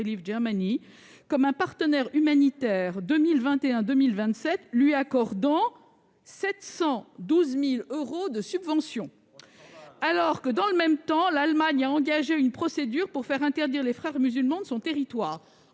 comme un partenaire humanitaire pour la période 2021-2027, et lui a accordé 712 000 euros de subventions. Or, dans le même temps, l'Allemagne a engagé une procédure pour faire interdire les Frères musulmans de son territoire